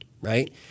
right